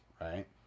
right